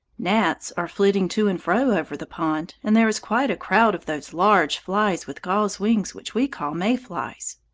gnats are flitting to and fro over the pond, and there is quite a crowd of those large flies with gauze wings which we call may-flies.